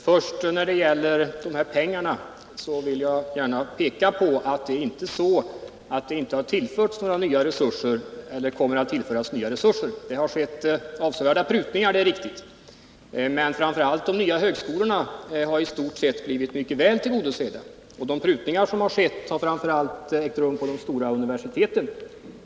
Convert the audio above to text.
Herr talman! När det gäller pengarna vill jag gärna peka på att det är inte så Onsdagen den att det inte har tillförts några nya resurser eller kommer att tillföras nya 20 december 1978 resurser. Det har skett avsevärda prutningar, det är riktigt, men de nya högskolorna har i stort sett blivit mycket väl tillgodosedda, och de prutningar som har skett har framför allt ägt rum på de stora universiteten.